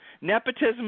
nepotism